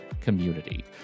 Community